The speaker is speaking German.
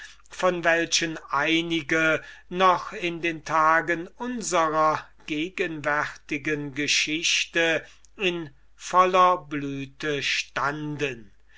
von welchen einige noch in den tagen unserer gegenwärtigen geschichte in voller blüte stunden